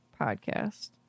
podcast